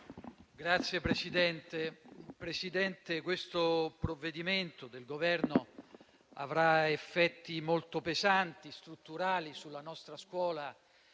Signor Presidente, questo provvedimento del Governo avrà effetti molto pesanti e strutturali sulla nostra scuola